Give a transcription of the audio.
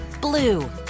blue